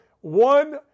one